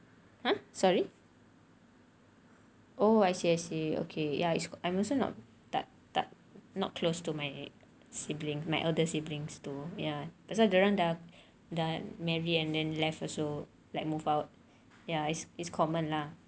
!huh! sorry oh see I see okay ya I'm also not tak tak not close to my siblings my elder siblings too pasal dia orang dah marry and then left also like move out ya it's it's common lah